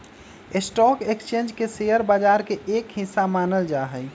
stock exchange के share बाजार के एक हिस्सा मानल जा हई